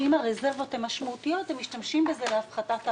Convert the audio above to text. שאם הרזרבות משמעותיות הם משתמשים בזה להפחתת האגרות.